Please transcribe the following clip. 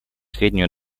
сведению